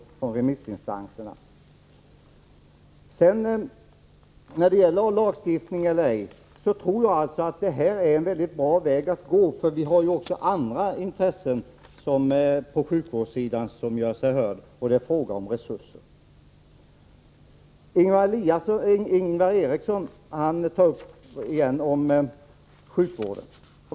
När det gäller diskussionen om det skall vara lagstiftning eller ej så tror jag att detta är en mycket bra väg att gå. Vi har ju också andra intressen på sjukvårdssidan som gör sig hörda, och det är en fråga om resurser. Ingvar Eriksson tar återigen upp frågan om sjukvården.